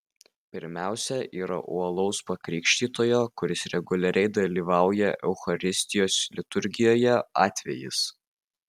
pirmiausia yra uolaus pakrikštytojo kuris reguliariai dalyvauja eucharistijos liturgijoje atvejis